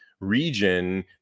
region